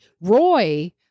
Roy